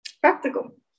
practical